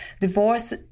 Divorce